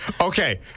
Okay